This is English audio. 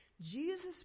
Jesus